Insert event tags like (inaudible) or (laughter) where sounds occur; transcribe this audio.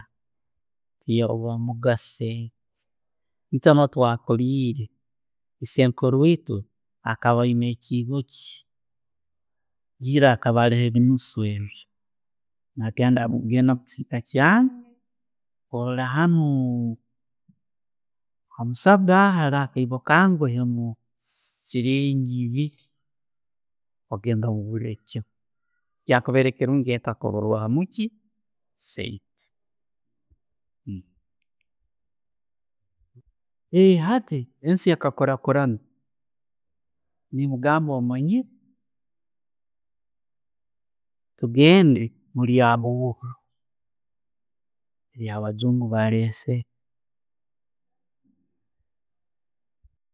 (hesitation) E'ba yo' mugaso, eiitwe nuho twakuliire, isenkuro eitwe akaba ayiine echibo chye. Era akaba haroho ebinuusu ebye, nakugamba okugenda omukisiika kyabu haho amusago aho oyiyeho siringi biibiiri ogenda ongure ebijjuma. Kyakubaire kirungi okwahuramu ki, sente. Hati ensi ekakuraana hati ho omanyire tugende (unintelligible)